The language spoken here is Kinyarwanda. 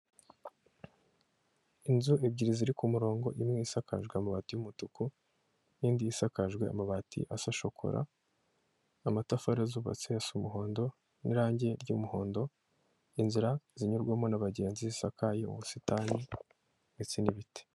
Inzu ebyiri ziri kumurongo imwe isakajejwe amabati y'umutuku nindi isakaje amabati asa shokora, amatafari zubatsesa umuhondo n'irangi ryumuhondo inzira zinyurwamo nabagenzi isakaye ubusitani ndetse n'ibiti.